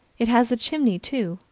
it has a chimney, too,